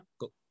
go